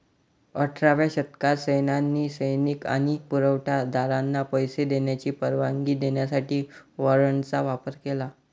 अठराव्या शतकात सैन्याने सैनिक आणि पुरवठा दारांना पैसे देण्याची परवानगी देण्यासाठी वॉरंटचा वापर केला